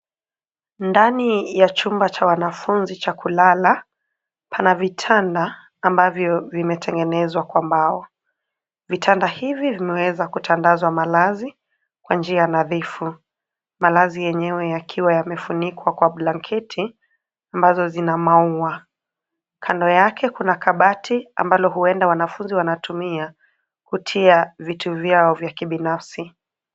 Ndani ya chumba cha wanafunzi cha kulala pana vitanda ambavyo vimetengenezwa kwa mbao vitanda hivi vimeweza kutandazwa malazi kwa njia nadhifu. Malazi yenywe yakiwa yamefunikwa kwa blankenti ambazo zina mau, kando yake kuna kabati ambayo huenda wanafunzi wanatumia kutia vitu vyao vya kibnafsi.